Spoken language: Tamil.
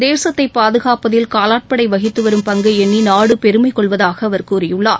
தேசத்தை பாதுகாப்பதில் காலாட்படை வகித்து வரும் பங்கை எண்ணி நாடு பெருமை கொள்வதாக அவர் கூறியுள்ளார்